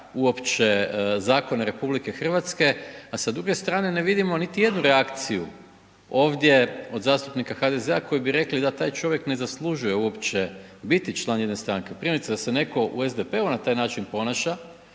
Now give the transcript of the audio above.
uopće zakone RH, a sa druge strane ne vidimo niti jednu reakciju ovdje od zastupnika HDZ-a koji bi rekli da taj čovjek ne zaslužuje uopće biti član jedne stranke, primjerice da se netko u SDP-u na taj način ponaša,